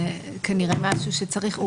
זה כנראה משהו שצריך.